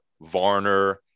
varner